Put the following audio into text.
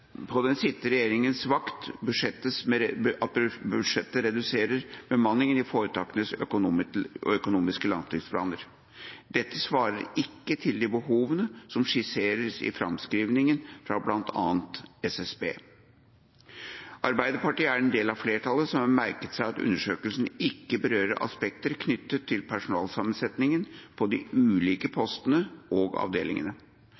på sittende regjerings vakt budsjetteres med redusert bemanning i foretakenes økonomiske langtidsplaner. Dette svarer ikke til de behovene som skisseres i framskrivninger fra bl.a. SSB. Arbeiderpartiet er en del av flertallet som har merket seg at undersøkelsen ikke berører aspekter knyttet til personellsammensetningen på de ulike